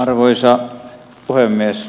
arvoisa puhemies